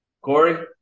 Corey